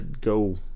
go